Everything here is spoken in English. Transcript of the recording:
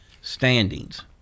standings